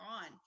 on